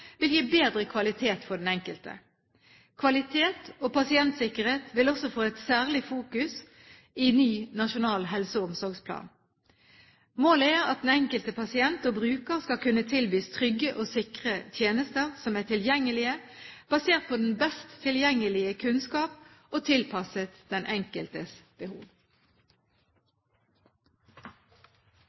vil gi bedre kvalitet for den enkelte. Kvalitet og pasientsikkerhet vil også få en særlig fokusering i ny nasjonal helse- og omsorgsplan. Målet er at den enkelte pasient og bruker skal kunne tilbys trygge og sikre tjenester som er tilgjengelige, basert på den best tilgjengelige kunnskap og tilpasset den enkeltes behov.